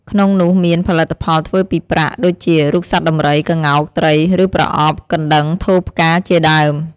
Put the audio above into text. ក្នុងនោះមាន ផលិតផលធ្វើពីប្រាក់ ដូចជា រូបសត្វដំរី ក្ងោក ត្រី ឬប្រអប់ កណ្ដឹង ថូផ្កា ជាដើម។